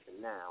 now